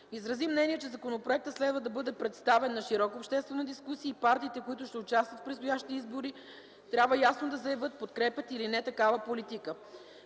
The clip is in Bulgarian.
Изрази мнение, че законопроектът следва да бъде представен на широка обществена дискусия и партиите, които ще участват в предстоящите избори, трябва ясно да заявят подкрепят или не такава политика.